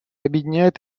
объединяет